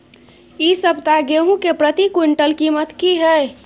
इ सप्ताह गेहूं के प्रति क्विंटल कीमत की हय?